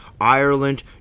Ireland